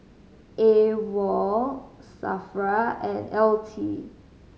A WOL SAFRA and L T